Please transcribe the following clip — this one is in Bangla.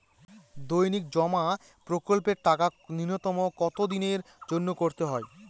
দৈনিক জমা প্রকল্পের টাকা নূন্যতম কত দিনের জন্য করতে হয়?